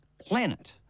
planet